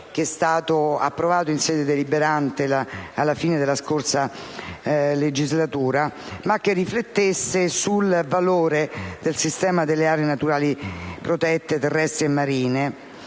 che è stato approvato in sede deliberante alla fine della scorsa legislatura, ma che consentisse una riflessione sul valore del sistema delle aree naturali protette, terrestri e marine.